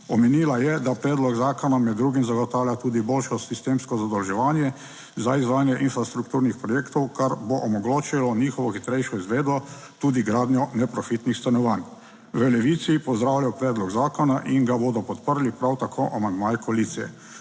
Omenila je, da predlog zakona med drugim zagotavlja tudi boljšo **14. TRAK: (SC) – 10.20** (nadaljevanje) sistemsko zadolževanje za izvajanje infrastrukturnih projektov, kar bo omogočilo njihovo hitrejšo izvedbo, tudi gradnjo neprofitnih stanovanj. V Levici pozdravljamo predlog zakona in ga bodo podprli prav tako amandmaji koalicije.